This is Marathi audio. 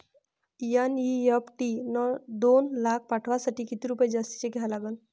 एन.ई.एफ.टी न दोन लाख पाठवासाठी किती रुपये जास्तचे द्या लागन?